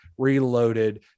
reloaded